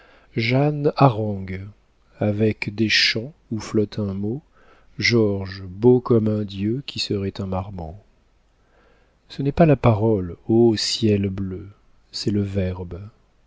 jeanne harangue avec des chants où flotte un mot georges beau comme un dieu qui serait un marmot ce n'est pas la parole ô ciel bleu c'est le verbe